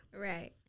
Right